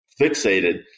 fixated